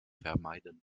vermeiden